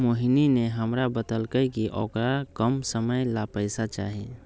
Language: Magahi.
मोहिनी ने हमरा बतल कई कि औकरा कम समय ला पैसे चहि